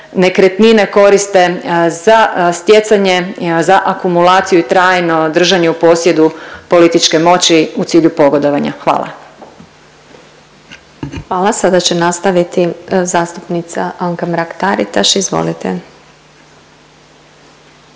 nekretnine koriste za stjecanje, za akumulaciju i trajno držanje u posjedu političke pomoći u cilju pogodovanja. Hvala. **Glasovac, Sabina (SDP)** Hvala. Sada će nastaviti zastupnica Anka Mrak-Taritaš, izvolite.